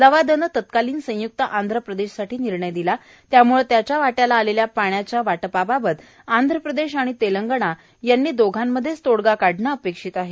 लवादाने तत्कालिन संय्क्त आंध्र प्रदेशसाठी निर्णय दिला त्यामुळे त्याच्या वाट्याला आलेल्या पाण्याच्या वाटपाबाबत आंध्र प्रदेश आणि तेलंगणा यांनी दोहोतच तोडगा काढणे अपेक्षित आहे